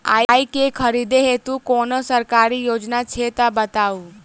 आइ केँ खरीदै हेतु कोनो सरकारी योजना छै तऽ बताउ?